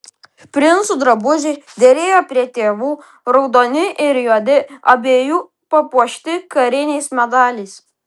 princų drabužiai derėjo prie tėvų raudoni ir juodi abiejų papuošti kariniais medaliais